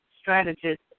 strategist